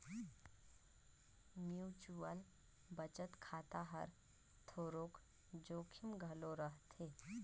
mutual बचत खाता हर थोरोक जोखिम घलो रहथे